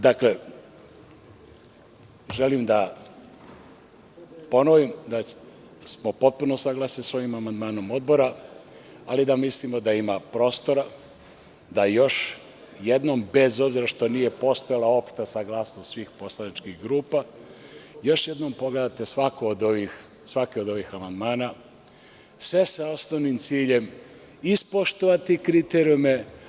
Dakle, želim da ponovim da smo potpuno saglasni sa ovim amandmanom Odbra, ali da mislimo da ima prostora da još jednom bez obzira što nije postojala opšta saglasnost svih poslaničkih grupa, da još jednom pogledate svaki od ovih amandmana, sve sa osnovnim ciljem, ispoštovati kriterijume.